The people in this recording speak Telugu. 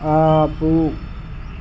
ఆపు